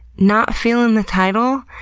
not feeling the title.